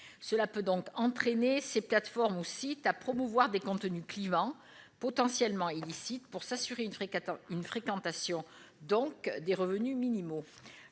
Cela peut donc entraîner ces plateformes ou sites à promouvoir des contenus clivants potentiellement illicites pour s'assurer une fréquentation, donc des revenus minimaux.